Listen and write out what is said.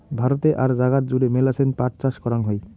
ভারতে আর জাগাত জুড়ে মেলাছান পাট চাষ করাং হই